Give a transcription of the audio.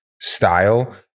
style